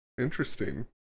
interesting